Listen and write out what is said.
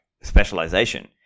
specialization